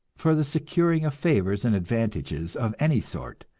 for the securing of favors and advantages of any sort,